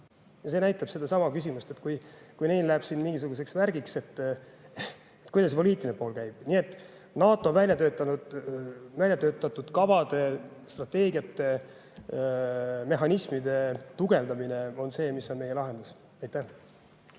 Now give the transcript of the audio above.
See näitab sedasama: tekib küsimus, et kui meil läheb siin mingisuguseks värgiks, siis kuidas poliitiline pool käib. Nii et NATO välja töötatud kavade, strateegiate ja mehhanismide tugevdamine on meie lahendus. Aitäh!